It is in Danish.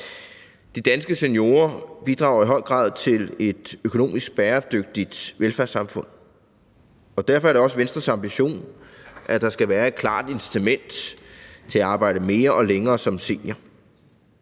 De danske seniorer bidrager i høj grad til et økonomisk bæredygtigt velfærdssamfund. Derfor er det også Venstres ambition, at der skal være et klart incitament til at arbejde mere og længere som senior.